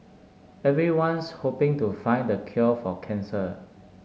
everyone's hoping to find the cure for cancer